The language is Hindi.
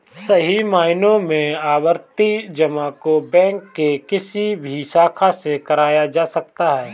सही मायनों में आवर्ती जमा को बैंक के किसी भी शाखा से कराया जा सकता है